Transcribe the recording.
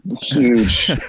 huge